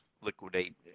liquidate